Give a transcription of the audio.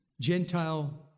Gentile